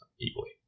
equally